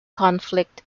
conflict